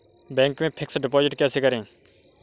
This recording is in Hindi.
बैंक में फिक्स डिपाजिट कैसे करें?